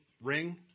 ring